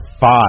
five